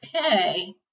Okay